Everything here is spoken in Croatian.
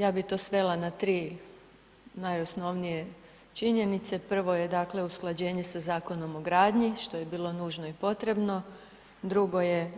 Ja bih to svela na 3 najosnovnije činjenice, prvo je dakle usklađenje sa Zakonom o gradnji što je bilo nužno i potrebno, drugo je